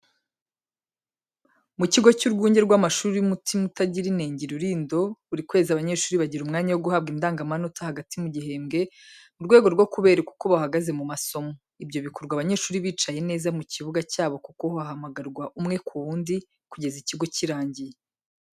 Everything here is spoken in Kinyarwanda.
Mu kigo cy'urwunge rw'amashuri rw'Umutima Utagira Inenge i Rulindo, buri kwezi abanyeshuri bagira umwanya wo guhabwa indangamanota hagati mu gihembwe, mu rwego rwo kubereka uko bahagaze mu masomo. Ibyo bikorwa, abanyeshuri bicaye neza mu kibuga cyabo kuko hamagarwa umwe ku wundi kugeza ikigo kirangiye.